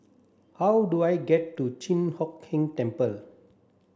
how do I get to Chi Hock Keng Temple